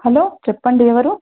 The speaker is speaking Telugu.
హలో చెప్పండి ఎవరు